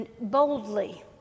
Boldly